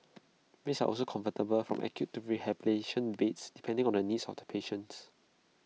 beds are also convertible from acute to rehabilitation beds depending on the needs of the patients